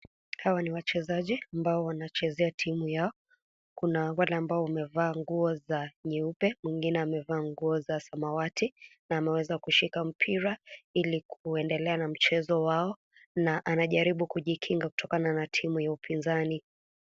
Hawa ni wachezaji ambao wanachezea timu yao. Kuna wale ambao wamevalia nguo za nyeupe, mwingine amevaa nguo za samawati na ameweza kushika mpira ili kuendelea na mchezo wao na anajaribu kujikinga kutokana na timu ya upinzani.